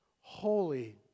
holy